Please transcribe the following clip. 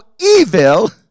evil